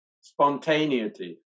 spontaneity